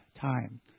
time